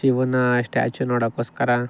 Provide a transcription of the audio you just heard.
ಶಿವನ ಸ್ಟ್ಯಾಚು ನೋಡೋಕ್ಕೋಸ್ಕರ